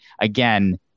again